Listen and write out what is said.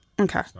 okay